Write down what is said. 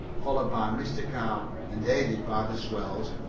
followed by mr. carr, and, aided by the swells,